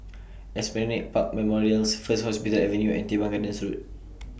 Esplanade Park Memorials First Hospital Avenue and Teban Gardens Road